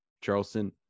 Charleston